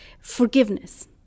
Forgiveness